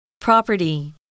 Property